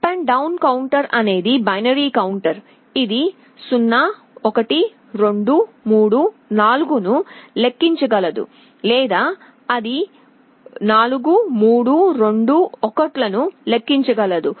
up down counter అనేది binary counter ఇది 0 1 2 3 4 ను లెక్కించగలదు లేదా అది 4 3 2 1 లను లెక్కించగలదు